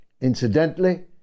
incidentally